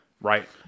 Right